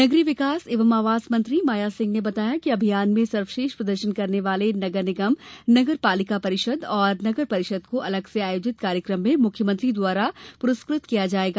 नगरीय विकास एवं आवास मंत्री माया सिंह ने बताया है कि अभियान में सर्वश्रेष्ठ प्रदर्शन करने वाले नगर निगम नगर पालिका परिषद और नगर परिषद को अलग से आयोजित कार्यक्रम में मुख्यमंत्री द्वारा प्रस्कृत किया जायेगा